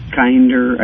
kinder